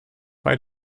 bei